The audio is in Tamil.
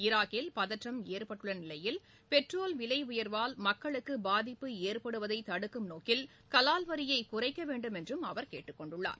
ஈராக்கில் பதற்றம் ஏற்பட்டுள்ள நிலையில் பெட்ரோல் விலை உயர்வால் மக்களுக்கு பாதிப்பு ஏற்படுவதை தடுக்கும் நோக்கில் கலால் வரியை குறைக்க வேண்டும் என்றும் அவர் கேட்டுக் கொண்டுள்ளார்